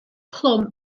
plwm